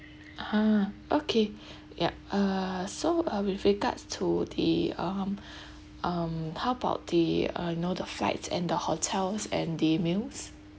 ha okay yup uh so uh with regards to the um um how about the uh you know the flights and the hotels and the meals